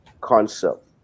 concept